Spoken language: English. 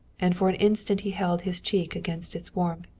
and for an instant he held his cheek against its warmth.